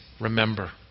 remember